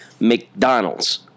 McDonald's